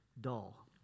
dull